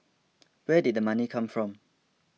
where did the money come from